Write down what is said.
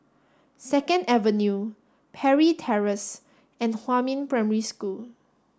Second Avenue Parry Terrace and Huamin Primary School